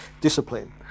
discipline